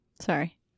sorry